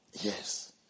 Yes